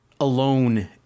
alone